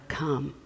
come